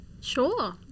Sure